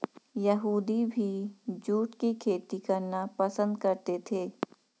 यहूदी भी जूट की खेती करना पसंद करते थे